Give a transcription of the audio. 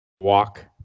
walk